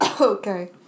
Okay